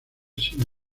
sin